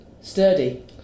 sturdy